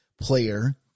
player